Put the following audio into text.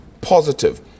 positive